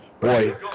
boy